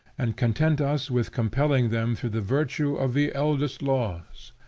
and content us with compelling them through the virtue of the eldest laws!